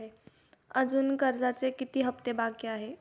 अजुन कर्जाचे किती हप्ते बाकी आहेत?